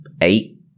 eight